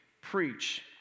preach